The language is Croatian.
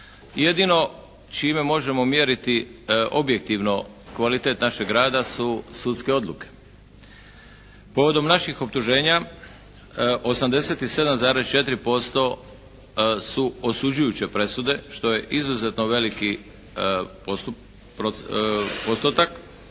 jedino čime možemo mjeriti objektivno kvalitet našeg rada su sudske odluke. Povodom naših optuženja 87,4% su osuđujuće presude što je izuzetno veliki postotak.